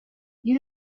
you